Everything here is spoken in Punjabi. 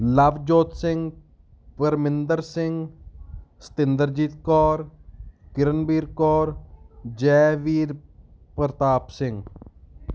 ਲਵਜੋਤ ਸਿੰਘ ਪਰਮਿੰਦਰ ਸਿੰਘ ਸਤਿੰਦਰਜੀਤ ਕੌਰ ਕਿਰਨਬੀਰ ਕੌਰ ਜੈਵੀਰ ਪ੍ਰਤਾਪ ਸਿੰਘ